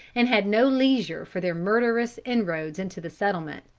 and had no leisure for their murderous inroads into the settlements.